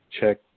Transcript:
check